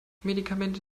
medikamente